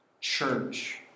church